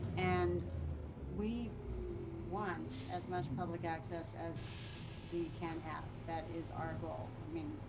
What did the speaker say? and we want as much public access as we can have that is our goal. i mean,